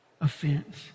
offense